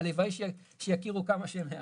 והלוואי שיכירו כמה שמעט.